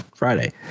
Friday